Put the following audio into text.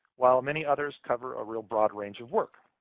while many others cover a real broad range of work.